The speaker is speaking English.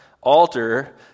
altar